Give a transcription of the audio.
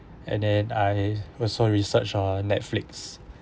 and then I also research on netflix